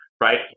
right